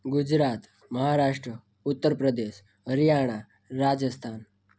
Gujarat Maharashtra Uttar Pradesh Haryana Rajasthan